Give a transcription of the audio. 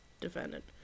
defendant